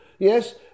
Yes